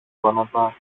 γόνατα